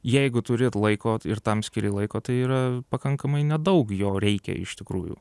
jeigu turit laiko ir tam skiri laiko tai yra pakankamai nedaug jo reikia iš tikrųjų